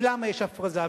ולמה יש הפרזה?